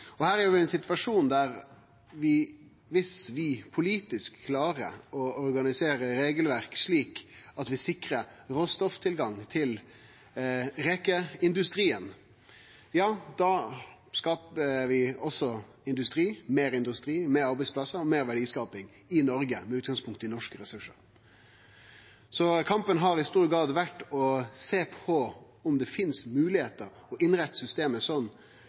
Her er vi i ein situasjon der vi, viss vi politisk klarer å organisere regelverket slik at vi sikrar råstofftilgang til rekeindustrien, også skaper meir industri, fleire arbeidsplassar og meir verdiskaping i Noreg, med utgangspunkt i norske ressursar. Det har i stor grad dreidd seg om å sjå på om det finst moglegheiter for å innrette systemet sånn